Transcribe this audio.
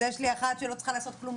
אז יש לי אחת שלא צריכה לעשות כלום,